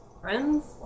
Friends